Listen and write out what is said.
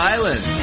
Island